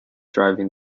driving